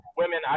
women